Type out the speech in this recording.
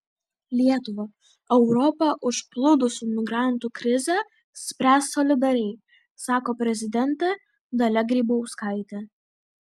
lietuva europą užplūdusių migrantų krizę spręs solidariai sako prezidentė dalia grybauskaitė